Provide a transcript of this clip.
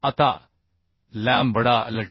आता lambda Lt